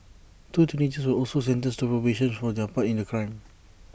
two teenagers were also sentenced to probation for their part in the crime